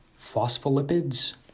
Phospholipids